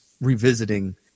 revisiting